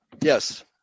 Yes